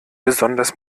besonders